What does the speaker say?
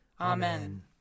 Amen